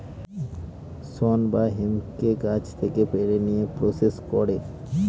শন বা হেম্পকে গাছ থেকে পেড়ে নিয়ে প্রসেস করে